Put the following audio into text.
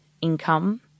income